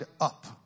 up